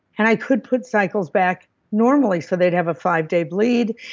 and i could put cycles back normally so they'd have a five day bleed.